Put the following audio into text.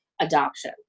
adoption